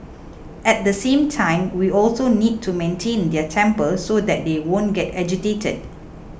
at the same time we also need to maintain their temper so that they won't get agitated